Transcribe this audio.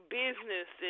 business